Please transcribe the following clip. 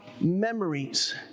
memories